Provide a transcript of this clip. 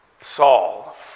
Saul